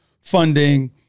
funding